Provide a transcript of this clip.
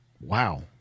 wow